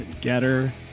getter